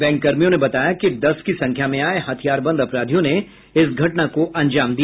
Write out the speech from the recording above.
bank कर्मियों ने बताया कि दस की संख्या में आये हथियारबंद अपराधियों ने इस घटना को अंजाम दिया